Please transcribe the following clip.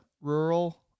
rural